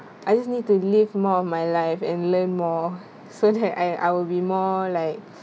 I just need to live more of my life and learn more so that I I will be more like